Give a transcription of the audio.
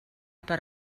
per